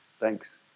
Thanks